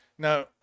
Now